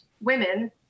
women